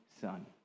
son